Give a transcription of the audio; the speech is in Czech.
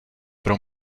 pro